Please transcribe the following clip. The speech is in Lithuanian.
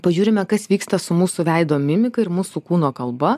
pažiūrime kas vyksta su mūsų veido mimika ir mūsų kūno kalba